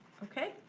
okay,